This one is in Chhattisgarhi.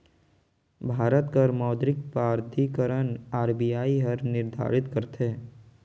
भारत कर मौद्रिक प्राधिकरन आर.बी.आई हर निरधारित करथे